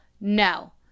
No